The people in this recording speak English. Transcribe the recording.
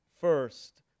first